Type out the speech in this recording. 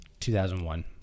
2001